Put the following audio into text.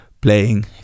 playing